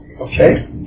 okay